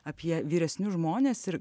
apie vyresnius žmones ir